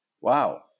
Wow